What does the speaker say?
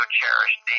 cherished